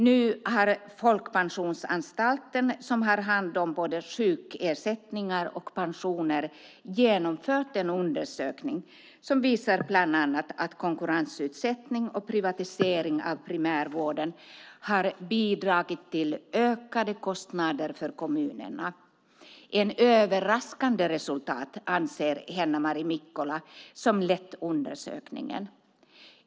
Nu har Folkpensionsanstalten, som har hand om både sjukersättningar och pensioner, genomfört en undersökning som bland annat visar att konkurrensutsättning och privatisering av primärvården har bidragit till ökade kostnader för kommunerna. Det är ett överraskande resultat, anser Hennamari Mikkola, som lett undersökningen.